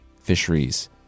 fisheries